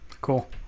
cool